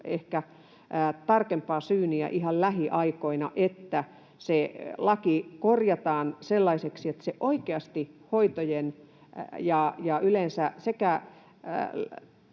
ehkä tarkempaa syyniä ihan lähiaikoina, että se laki korjataan sellaiseksi, että se oikeasti lisää sekä